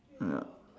ya